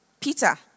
Peter